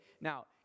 Now